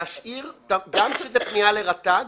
להשאיר גם כשזה פנייה לרט"ג,